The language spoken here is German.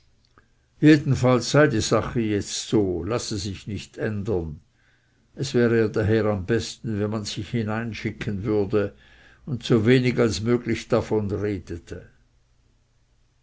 jedenfalls sei die sache jetzt so lasse sich nicht ändern es wäre daher am besten wenn man sich hineinschicken würde und so wenig als möglich davon redete